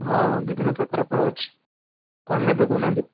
ହଁ ବିଭିନ୍ନ ପ୍ରକାର ଫଳ ଅଛି କ'ଣ ନେବେ କହୁନାହାନ୍ତି